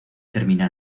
termina